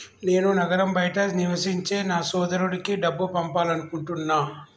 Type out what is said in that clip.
నేను నగరం బయట నివసించే నా సోదరుడికి డబ్బు పంపాలనుకుంటున్నా